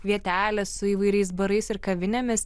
vietelės su įvairiais barais ir kavinėmis